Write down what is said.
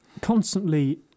constantly